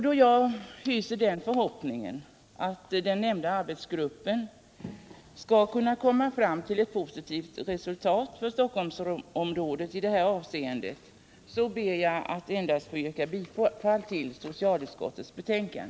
Då jag hyser den förhoppningen att den nämnda arbetsgruppen skall komma fram till ett positivt resultat för Stockholmsområdet i det här avseendet, ber jag att få yrka bifall till socialutskottets hemställan.